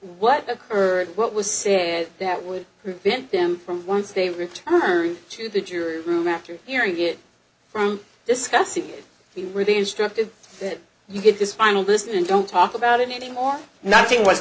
what occurred what was said that would prevent them from once they return to the jury room after hearing it from discussing the ruby instructed that you get this final listen don't talk about it any more nothing was